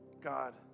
God